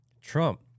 Trump